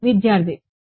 విద్యార్థి మ్